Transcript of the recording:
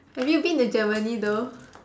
have you been to Germany though